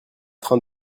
train